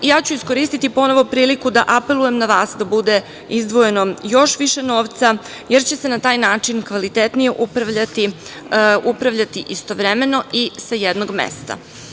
Ja ću iskoristiti ponovo priliku da apelujem na vas da bude izdvojeno još više novca, jer će se na taj način kvalitetnije upravljati istovremeno i sa jednog mesta.